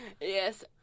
Yes